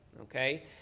Okay